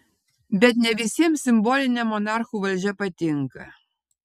bet ne visiems simbolinė monarchų valdžia patinka